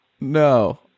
No